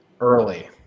early